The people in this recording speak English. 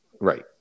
Right